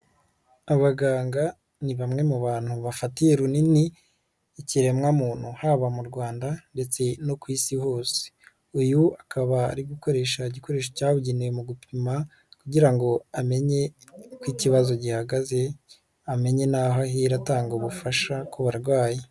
Abaganga ni bamwe mu bantu bafatiye runini ikiremwamuntu haba mu Rwanda ndetse no ku isi hose, uyu akaba ari gukoresha igikoresho cyabugenewe mu gupima kugira ngo amenye uko ikibazo gihagaze amenye n'aho ahera atanga ubufasha ku barwayi.